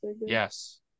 Yes